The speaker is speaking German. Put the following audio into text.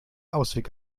ausweg